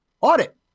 audit